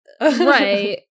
right